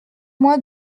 moi